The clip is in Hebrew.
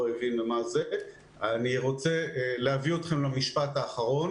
הבין אני רוצה להביא אתכם למשפט האחרון